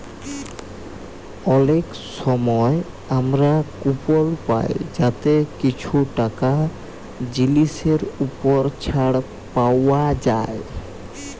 অলেক সময় আমরা কুপল পায় যাতে কিছু টাকা জিলিসের উপর ছাড় পাউয়া যায়